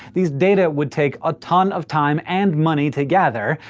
these data would take a ton of time and money to gather,